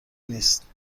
نیست